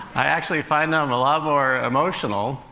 i actually find them a lot more emotional